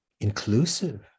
inclusive